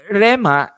rema